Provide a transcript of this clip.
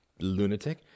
lunatic